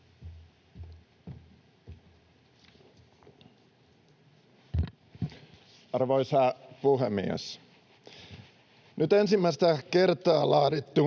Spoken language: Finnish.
Arvoisa puhemies! Nyt ensimmäistä kertaa laadittu